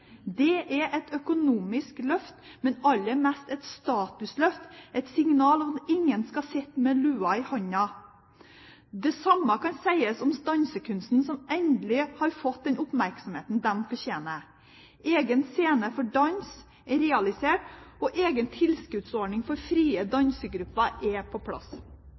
Det er et økonomisk løft, men aller mest et statusløft, et signal om at ingen skal stå med lua i hånda. Det samme kan sies om dansekunsten, som endelig har fått den oppmerksomhet den fortjener. Egen scene for dans er realisert, og egen tilskuddsordning for frie dansegrupper er på plass.